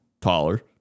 taller